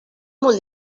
molt